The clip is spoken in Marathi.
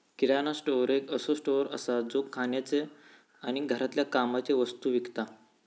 किराणा स्टोअर एक असो स्टोअर असा जो खाण्याचे आणि घरातल्या कामाचे वस्तु विकता